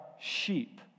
sheep